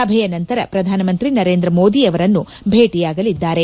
ಸಭೆಯ ನಂತರ ಪ್ರಧಾನಮಂತ್ರಿ ನರೇಂದ್ರ ಮೋದಿಯವರನ್ನು ಭೇಟಿಯಾಗಲಿದ್ದಾರೆ